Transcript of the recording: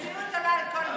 המציאות עולה על כל דמיון.